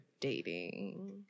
dating